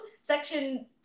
Section